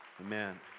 Amen